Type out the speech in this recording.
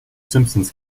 simpsons